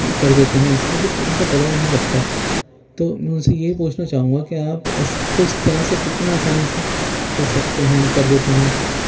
کر دیتے ہیں اس میں ان کا کچھ پتہ نہیں لگتا تو ان سے یہ پوچھنا چاہوں گا کہ آپ اس کو اس طرح کتنا آسانی سے کر سکتے ہیں کر دیتے ہیں